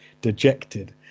dejected